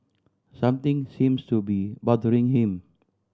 something seems to be bothering him